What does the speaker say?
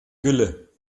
gülle